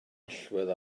allwedd